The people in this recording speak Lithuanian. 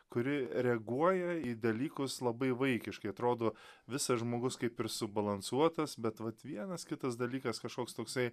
kuri reaguoja į dalykus labai vaikiškai atrodo visas žmogus kaip ir subalansuotas bet vat vienas kitas dalykas kažkoks toksai